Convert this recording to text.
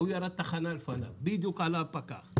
אותו אחד ירד תחנה לפניו, בדיוק עלה פקח.